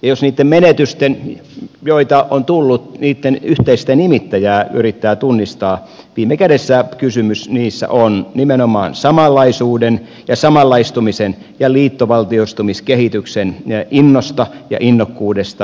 jos niitten menetysten joita on tullut yhteistä nimittäjää yrittää tunnistaa viime kädessä kysymys niissä on nimenomaan samanlaisuuden ja samanlaistumisen ja liittovaltioistumiskehityksen innosta ja innokkuudesta